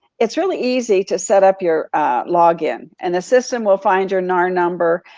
it's really easy to set up your login and the system will find your nar number,